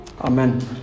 Amen